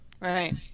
right